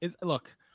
Look